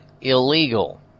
illegal